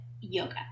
yoga